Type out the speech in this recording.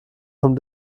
vom